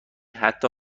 حتی